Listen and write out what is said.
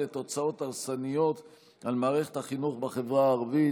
לתוצאות הרסניות על מערכת החינוך בחברה הערבית.